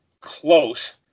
close